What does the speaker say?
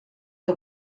que